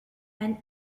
and